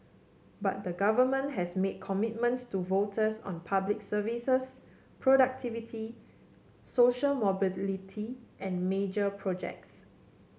but the government has made commitments to voters on Public Services productivity social mobility and major projects